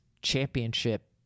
championship